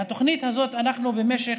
במשך